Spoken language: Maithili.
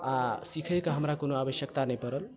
आ सिखयके हमरा कोनो आवश्यकता नहि पड़ल